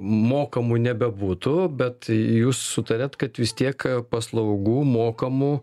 mokamų nebebūtų bet jūs sutariat kad vis tiek a paslaugų mokamų